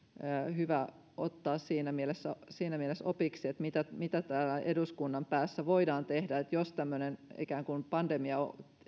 hyvä ottaa siinä mielessä siinä mielessä opiksi että mitä täällä eduskunnan päässä voidaan tehdä jos tämmöinen pandemia